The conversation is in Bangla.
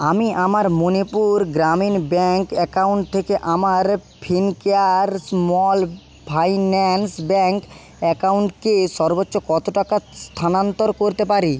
আমি আমার মণিপুর গ্রামীণ ব্যাংক অ্যাকাউন্ট থেকে আমার ফিনকেয়ার স্মল ফাইন্যান্স ব্যাংক অ্যাকাউন্টকে সর্বোচ্চ কতো টাকা স্থানান্তর করতে পারি